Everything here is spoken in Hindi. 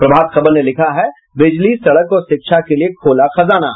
प्रभात खबर ने लिखा है बिजली सड़क और शिक्षा के लिए खोला खजाना